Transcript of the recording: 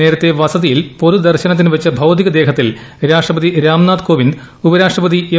നേരത്തെ വസതിയിൽ പൊതു ദർശനത്തിനു വച്ച ഭൌതിക ദേഹത്തിൽ രാഷ്ട്രപതി രാംനാഥ് കോവിന്ദ് ഉപരാഷ്ട്രപതി എം